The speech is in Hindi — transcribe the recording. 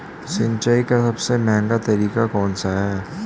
सिंचाई का सबसे महंगा तरीका कौन सा है?